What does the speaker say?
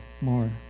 more